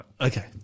Okay